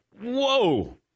Whoa